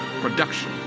Production